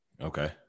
okay